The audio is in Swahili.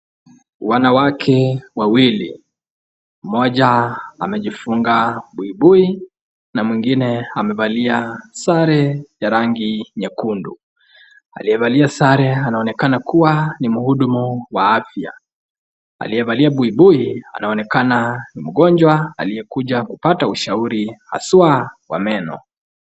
Wanawake wawili, mmoja anajifunga buibui na mwingine amevalia sare ya rangi nyekundu, aliyevalia sare anaonekana kuwa ni mhudumu wa afya, aliyevalia buibui anaonekana ni mgonjwa aliyekuja kupata ushauri haswa wa meno.